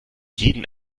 jeden